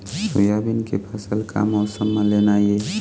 Soybean के फसल का मौसम म लेना ये?